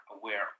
aware